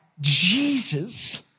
Jesus